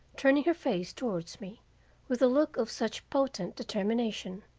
turning her face towards me with a look of such potent determination,